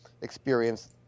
experience